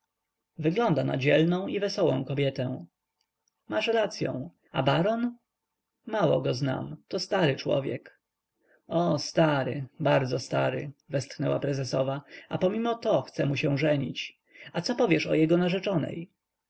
wygląda na dzielną i wesołą kobietę masz racyą a baron mało go znam to stary człowiek o stary bardzo stary westchnęła prezesowa a pomimoto chce mu się żenić a co powiesz o jego narzeczonej